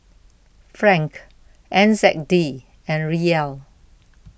Franc N Z D and Riel